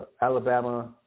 Alabama